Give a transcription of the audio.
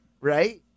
right